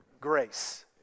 grace